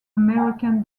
american